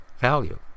value